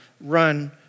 run